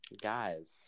guys